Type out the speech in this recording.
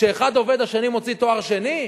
שאחד עובד והשני מוציא תואר שני?